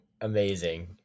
Amazing